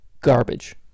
garbage